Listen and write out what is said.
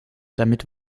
damit